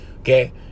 okay